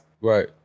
Right